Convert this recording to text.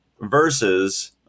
versus